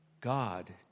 God